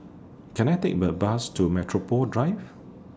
Can I Take The Bus to Metropole Drive